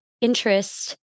interest